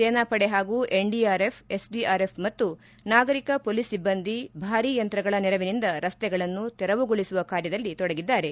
ಸೇನಾ ಪಡೆ ಹಾಗೂ ಎನ್ಡಿಆರ್ಎಫ್ ಎಸ್ಡಿಆರ್ಎಫ್ ಮತ್ತು ನಾಗರಿಕ ಮೋಲಿಸ್ ಸಿಬ್ಬಂದಿ ಭಾರಿ ಯಂತ್ರಗಳ ನೆರವಿನಿಂದ ರಸ್ತೆಗಳನ್ನು ತೆರವುಗೊಳಿಸುವ ಕಾರ್ಯದಲ್ಲಿ ತೊಡಗಿದ್ದಾರೆ